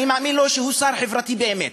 אני מאמין לו שהוא שר חברתי באמת